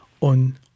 on